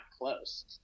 close